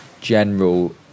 general